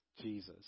Jesus